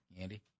Andy